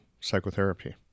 psychotherapy